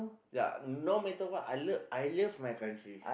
ya no matter what I love I love my country